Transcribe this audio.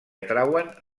atrauen